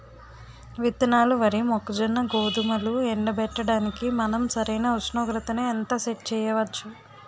విత్తనాలు వరి, మొక్కజొన్న, గోధుమలు ఎండబెట్టడానికి మనం సరైన ఉష్ణోగ్రతను ఎంత సెట్ చేయవచ్చు?